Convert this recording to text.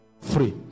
free